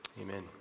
amen